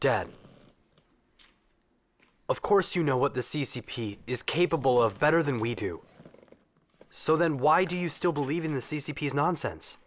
dead of course you know what the c c p is capable of better than we do so then why do you still believe in the c c p is nonsense